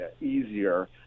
easier